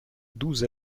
douze